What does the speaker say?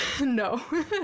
No